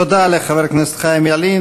תודה לחבר הכנסת חיים ילין.